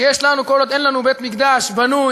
שיש לנו כל עוד אין לנו בית-מקדש בנוי,